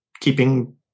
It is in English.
Keeping